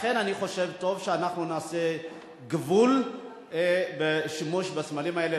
לכן אני חושב, טוב שנעשה גבול לשימוש בסמלים האלה.